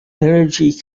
energy